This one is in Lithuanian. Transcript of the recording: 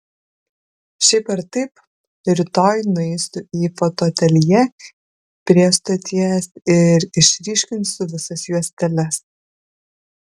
šiaip ar taip rytoj nueisiu į fotoateljė prie stoties ir išryškinsiu visas juosteles